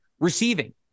Receiving